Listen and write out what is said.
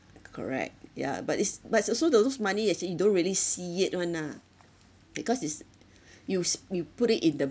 correct yeah but it's but it's also tho~ those money that's you don't really see it [one] ah because it's you s~ you put it in the